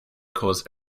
cause